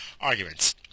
arguments